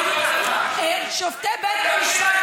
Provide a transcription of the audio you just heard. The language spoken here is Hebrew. שופטי בית המשפט,